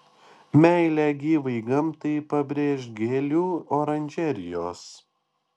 meilę gyvai gamtai pabrėš gėlių oranžerijos